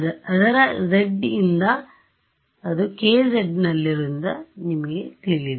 ಅದರ z ಯಿಂದ ಅದು kz ನಲ್ಲಿರುವುದರಿಂದ ನಿಮಗೆ ತಿಳಿದಿದೆ